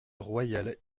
royale